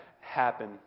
happen